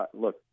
look